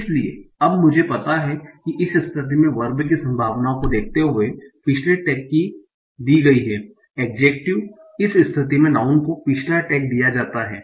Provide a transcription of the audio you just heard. इसलिए अब मुझे पता है कि इस स्थिति में वर्ब की संभावना को देखते हुए पिछले टैग की दी गई है और एड्जेक्टिव इस स्थिति में नाऊँन को पिछला टैग दिया जाता है